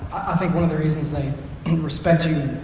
i think one of the reasons they respect you,